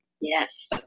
Yes